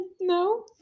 No